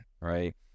right